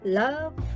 love